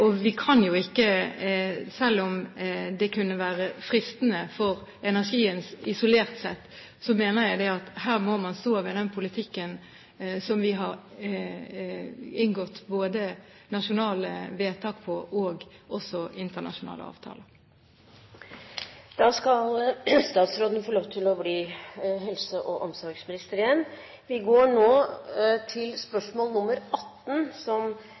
og selv om det kunne være fristende for energien isolert sett, mener jeg at her må man stå ved den politikken som vi har inngått både nasjonale vedtak og internasjonale avtaler for. Da skal statsråden få lov til å bli helse- og omsorgsminister igjen. Vi går nå til spørsmål 18. Dette spørsmålet, fra representanten Marion Gunstveit Bojanowski, vil bli besvart av helse- og omsorgsministeren som